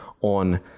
on